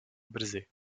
brzy